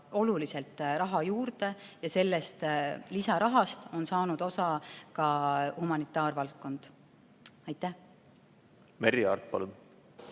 oluliselt raha juurde ja sellest lisarahast on saanud osa ka humanitaarvaldkond. Aitäh! Mul tuleb